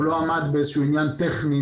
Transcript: הוא לא עמד באיזשהו עניין טכני,